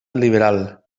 liberal